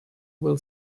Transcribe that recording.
will